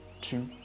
two